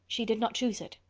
she did not choose it,